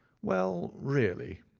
well, really,